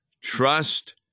Trust